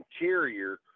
interior